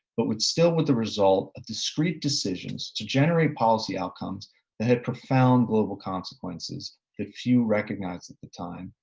but would still with the result of discrete decisions to generate policy outcomes that had profound global consequences that few recognized at the time,